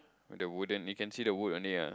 on the wooden you can see the wood on it ah